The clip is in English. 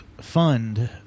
fund